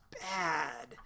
bad